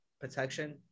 protection